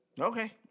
Okay